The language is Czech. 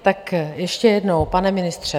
Tak ještě jednou, pane ministře.